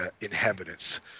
inhabitants